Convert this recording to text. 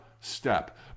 step